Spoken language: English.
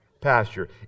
pasture